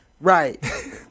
Right